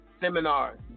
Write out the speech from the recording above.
seminars